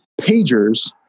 pagers